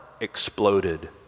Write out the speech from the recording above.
exploded